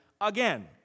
again